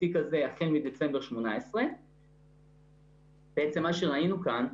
התיק הזה החל מדצמבר 2018. בעצם מה שראינו כאן,